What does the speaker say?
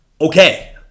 Okay